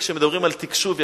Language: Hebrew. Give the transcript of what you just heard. כשמדברים על תקשוב,